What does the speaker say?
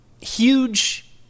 huge